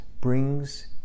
brings